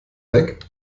weg